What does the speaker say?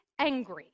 angry